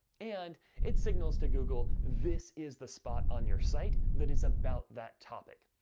and it signals to google, this is the spot on your site that is about that topic.